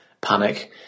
panic